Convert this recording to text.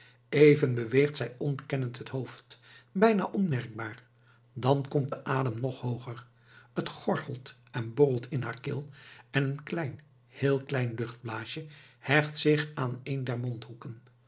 even beweegt zij ontkennend het hoofd bijna onmerkbaar dan komt de adem nog hooger het gorgelt en borrelt in haar keel en een klein heel klein luchtblaasje hecht zich aan een der mondhoeken